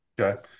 Okay